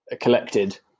collected